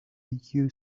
you